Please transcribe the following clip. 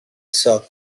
saw